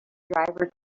driver